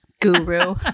guru